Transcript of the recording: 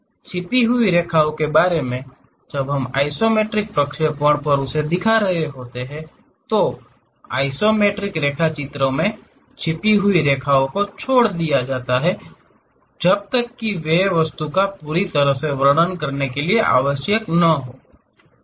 छिपी हुई रेखाओं के बारे में जब हम आइसोमेट्रिक प्रक्षेपणों पर उसे दिखा रहे होते हैं तो आइसोमेट्रिक रेखाचित्रों में छिपी हुई रेखाओं को छोड़ दिया जाता है जब तक कि वे वस्तु का पूरी तरह से वर्णन करने के लिए आवश्यक न हों